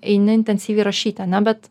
eini intensyviai rašyti ane bet